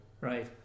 right